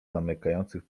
zamykających